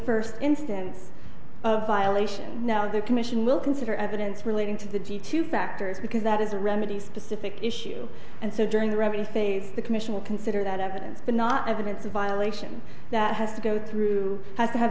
first instance of violation now the commission will consider evidence relating to the g two factors because that is a remedy specific issue and so during the remedy phase the commission will consider that evidence but not evidence a violation that has to go through has to have